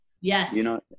Yes